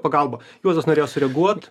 pagalba juozas norėjo sureaguot